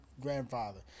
grandfather